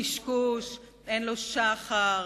קשקוש שאין לו שחר.